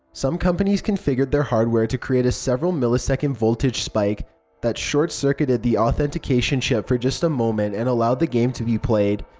some companies configured their hardware to create a several millisecond voltage spike that short-circuited the authentication chip for just a moment and allowed the game to be played.